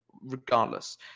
regardless